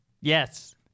Yes